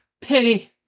Pity